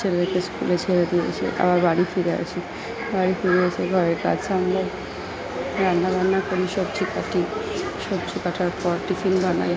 ছেলেকে স্কুলে ছেড়ে দিয়ে এসে আবার বাড়ি ফিরে আসি বাড়ি ফিরে এসে ঘরের কাজ সামলাই রান্না বান্না করি সবজি কাটি সবজি কাটার পর টিফিন বানাই